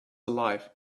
alive